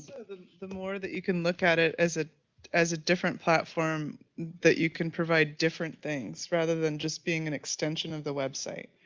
the the more that you can look at it as it as a different platform that you can provide different things rather then just being an extension of the website.